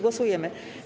Głosujemy.